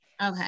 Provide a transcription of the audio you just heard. Okay